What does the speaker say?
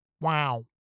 Wow